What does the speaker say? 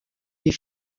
des